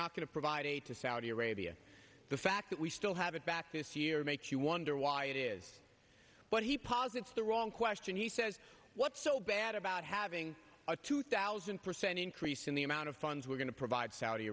not going to provide aid to saudi arabia the fact that we still have it back this year makes you wonder why it is but he posits the wrong question he says what's so bad about having a two thousand percent increase in the amount of funds we're going to provide saudi